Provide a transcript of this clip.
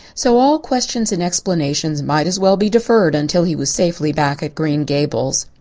so all questions and explanations might as well be deferred until he was safely back at green gables.